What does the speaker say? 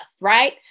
right